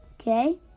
okay